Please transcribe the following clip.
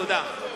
תודה.